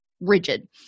rigid